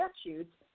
statutes